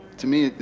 to me,